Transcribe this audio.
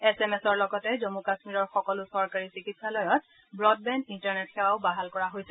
S M এছৰ লগতে জমু কাশ্মীৰৰ সকলো চৰকাৰী চিকিৎসালয়ত ৱডবেণ্ড ইণ্টাৰনেট সেৱাও বাহাল কৰা হৈছে